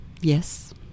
yes